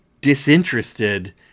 disinterested